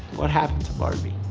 what happened to barbie?